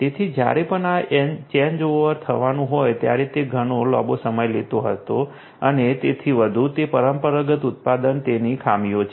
તેથી જ્યારે પણ આ ચેન્જઓવર થવાનું હોય ત્યારે તે ઘણો લાંબો સમય લેતો હતો અને તેથી વધુ તે પરંપરાગત ઉત્પાદન તેની ખામીઓ છે